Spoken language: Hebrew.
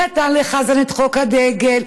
נתן לחזן את חוק הדגל.